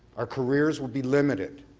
our careers will be limited.